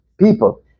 people